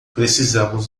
precisamos